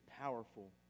powerful